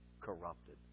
corrupted